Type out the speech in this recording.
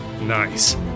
Nice